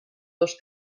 dos